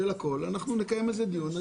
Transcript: אנחנו נקיים על זה דיון.